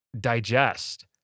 digest